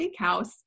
steakhouse